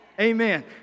Amen